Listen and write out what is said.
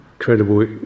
incredible